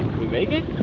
we make it?